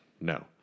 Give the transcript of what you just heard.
no